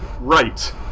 right